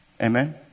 Amen